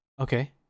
Okay